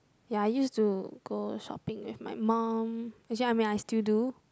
ya I used to go shopping with my mum actually I mean I still do